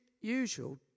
usual